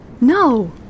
No